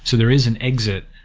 so there is an exit,